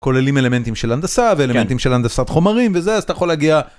כוללים אלמנטים של הנדסה ואלמנטים של הנדסת חומרים וזה אז אתה יכול להגיע.